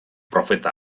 profeta